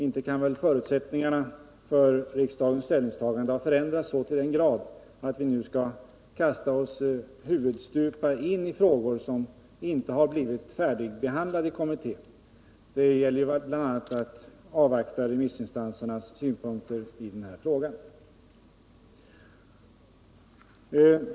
Inte kan väl förutsättningarna för riksdagens ställningstagande ha förändrats så till den grad att vi nu skall kasta oss huvudstupa ut i en fråga som inte har blivit färdigbehandlad i kommittén. Det gäller ju bl.a. att avvakta remissinstansernas synpunkter i frågan.